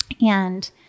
And-